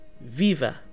Viva